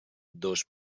dos